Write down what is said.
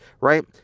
right